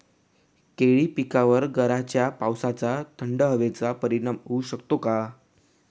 केळी पिकावर गाराच्या पावसाचा, थंड हवेचा परिणाम होऊ शकतो का?